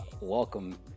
welcome